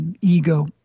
ego